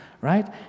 Right